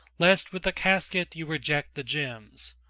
lest with the casket you reject the gems,